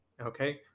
Okay